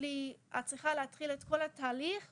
לי "..את צריכה להתחיל את כל התהליך מחדש..",